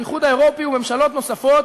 האיחוד האירופי וממשלות נוספות,